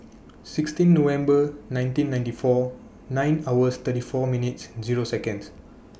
sixteen November nineteen ninety four nine hours thirty four minutes Zero Seconds